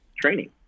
Training